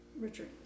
Richard